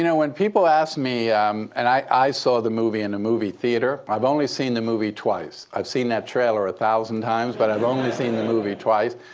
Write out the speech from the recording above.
you know when people ask me and i saw the movie in a movie theater. i've only seen the movie twice. i've seen that trailer one ah thousand times, but i've only seen the movie twice.